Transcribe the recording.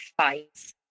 fights